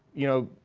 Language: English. you know,